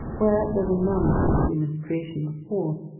where there were none of the human creation before.